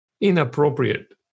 inappropriate